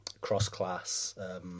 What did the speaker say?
cross-class